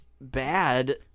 bad